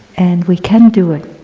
and we can do it,